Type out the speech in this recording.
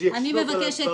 --- התייחסות לדברים.